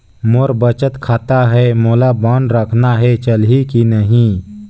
मोर बचत खाता है मोला बांड रखना है चलही की नहीं?